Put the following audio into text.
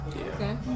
Okay